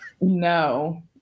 no